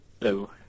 Hello